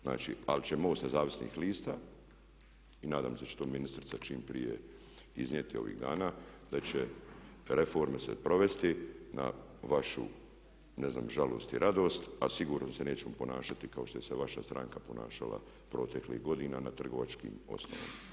Znači ali će MOST nezavisnih lista i nadam se da će to ministrica čim prije iznijeti ovih dana, da će reforme se provesti na vašu ne znam žalost ili radost a sigurno se neću ponašati kao što se vaša stranka ponašala proteklih godina na trgovačkim osnovama.